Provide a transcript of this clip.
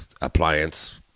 appliance